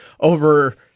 over